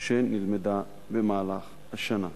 שנלמדה במהלך השנה.